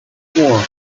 four